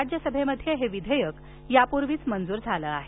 राज्यसभेमध्ये हे विधेयक यापूर्वीच मंजूर झालं आहे